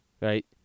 right